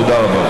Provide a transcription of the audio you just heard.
תודה רבה.